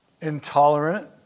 intolerant